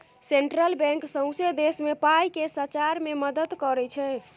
central bank सौंसे देश मे पाइ केँ सचार मे मदत करय छै